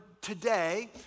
today